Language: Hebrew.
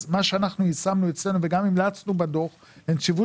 אז מה שאנחנו יישמנו אצלנו וגם המלצנו בדוח לנציבות